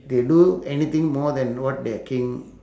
they do anything more than what their king